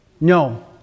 No